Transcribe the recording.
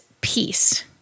peace